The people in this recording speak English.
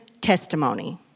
testimony